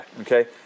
okay